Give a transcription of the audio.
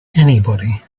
anybody